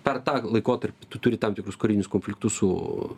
per tą laikotarpį tu turi tam tikrus karinius konfliktus su